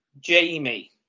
Jamie